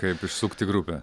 kaip įsukti grupę